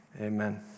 Amen